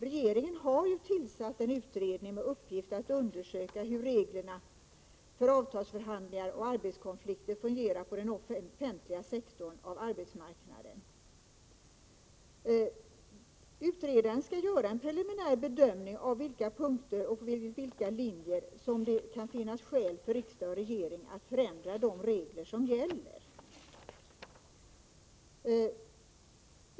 Regeringen har tillsatt en utredare med uppgift att undersöka hur reglerna för avtalsförhandlingar och arbetskonflikter fungerar på den offentliga sektorn av arbetsmarknaden. Utredaren skall göra en preliminär bedömning av på vilka punkter och enligt vilka linjer det kan finnas skäl för riksdag och regering att förändra de regler som gäller.